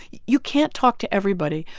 you can't talk to everybody.